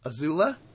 Azula